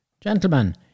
Gentlemen